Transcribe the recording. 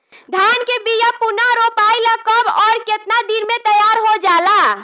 धान के बिया पुनः रोपाई ला कब और केतना दिन में तैयार होजाला?